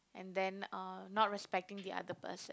and then uh not respecting the other person